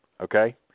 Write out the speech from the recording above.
okay